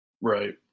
Right